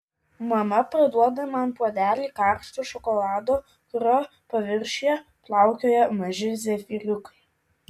mama paduoda man puodelį karšto šokolado kurio paviršiuje plaukioja maži zefyriukai